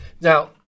Now –